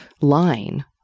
line